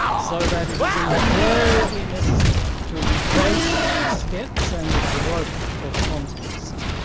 so that it is invariably necessary to retrace one's steps and grope for the context.